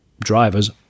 drivers